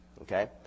Okay